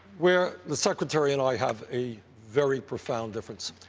where the secretary and i have a very profound difference,